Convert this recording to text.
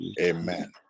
amen